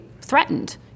threatened